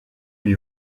lui